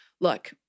Look